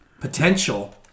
potential